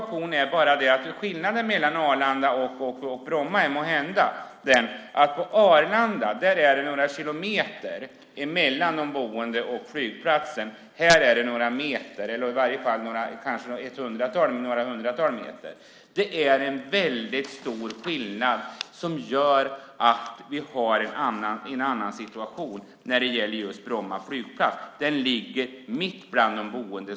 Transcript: Skillnaden mellan Arlandas och Brommas situation är måhända att det vid Arlanda är några kilometer mellan de boende och flygplatsen. I Bromma är det några hundratal meter. Det är stor skillnad, och det gör att vi har en annan situation när det gäller Bromma flygplats. Den ligger mitt bland de boende.